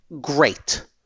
great